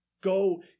Go